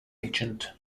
agent